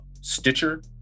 Stitcher